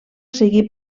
seguir